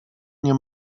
nie